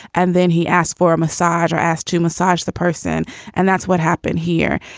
and then he asked for a massage or asked to massage the person and that's what happened here.